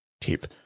tip